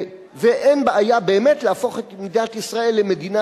ואין בעיה באמת להפוך את מדינת ישראל למדינה